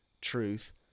truth